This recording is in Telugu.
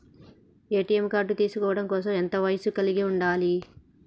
ఏ.టి.ఎం కార్డ్ తీసుకోవడం కోసం ఎంత వయస్సు కలిగి ఉండాలి?